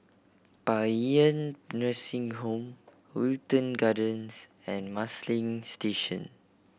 Paean Nursing Home Wilton Gardens and Marsiling Station